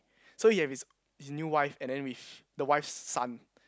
so he have his his new wife and then with the wife's son